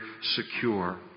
secure